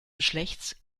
geschlechts